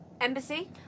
Embassy